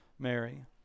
mary